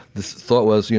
the thought was, yeah